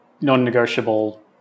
non-negotiable